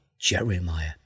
jeremiah